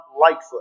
Lightfoot